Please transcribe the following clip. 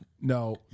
No